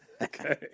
Okay